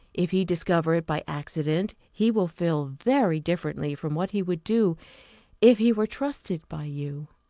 if he discover it by accident, he will feel very differently from what he would do if he were trusted by you.